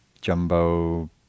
jumbo